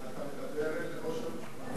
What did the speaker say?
אתה מדבר אל ראש הממשלה.